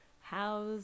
how's